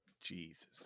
Jesus